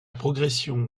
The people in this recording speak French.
progression